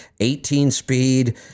18-speed